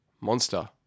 Monster